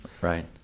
right